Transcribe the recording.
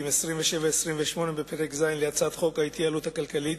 27 28 בפרק ז' להצעת חוק ההתייעלות הכלכלית